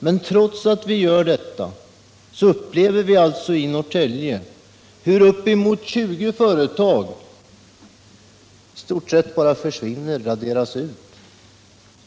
Men vi upplever ju trots detta hur uppemot 20 företag i Norrtälje i stort sett bara försvinner och raderas ut.